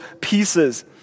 pieces